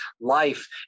life